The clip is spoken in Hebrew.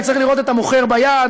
אני צריך לראות את המוכר ביד,